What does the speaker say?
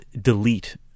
delete